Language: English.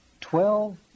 twelve